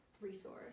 resource